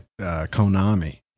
Konami